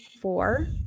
four